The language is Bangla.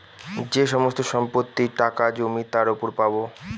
যে সমস্ত সম্পত্তি, টাকা, জমি তার উপর পাবো